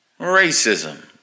Racism